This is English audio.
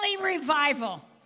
revival